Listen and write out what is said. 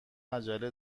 عجله